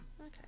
okay